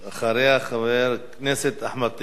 אחריה, חבר הכנסת אחמד טיבי.